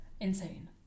insane